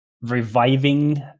reviving